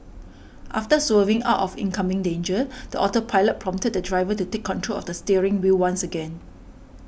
after swerving out of incoming danger the autopilot prompted the driver to take control of the steering wheel once again